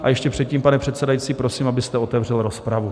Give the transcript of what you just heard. A ještě předtím, pane předsedající, prosím, abyste otevřel rozpravu.